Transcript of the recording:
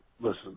listen